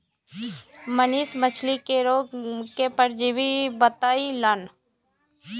मनीष मछ्ली के रोग के परजीवी बतई लन